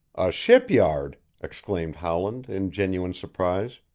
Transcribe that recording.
a ship-yard! exclaimed howland in genuine surprise.